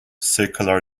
circular